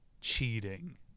cheating